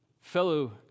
fellow